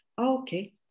okay